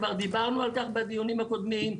כבר דיברנו על כך בדיונים הקודמים,